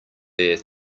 there